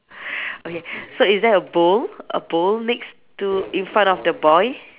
okay so is there a bowl a bowl next to in front of the boy